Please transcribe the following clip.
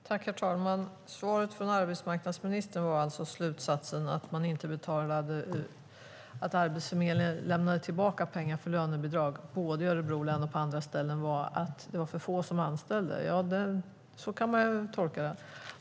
Herr talman! Svaret och slutsatsen från arbetsmarknadsministern var alltså att Arbetsförmedlingen lämnade tillbaka pengar för lönebidrag i Örebro län och på andra ställen därför att det var för få som anställde. Så kan man tolka det.